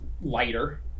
lighter